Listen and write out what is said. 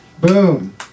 Boom